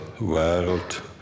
world